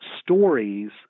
stories